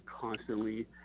constantly